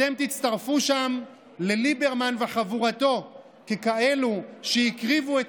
אתם תצטרפו שם לליברמן וחבורתו ככאלה שהקריבו את